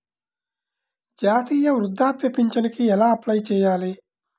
జాతీయ వృద్ధాప్య పింఛనుకి ఎలా అప్లై చేయాలి?